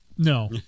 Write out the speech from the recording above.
No